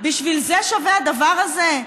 בשביל זה שווה הדבר הזה?